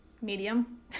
medium